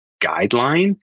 guideline